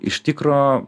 iš tikro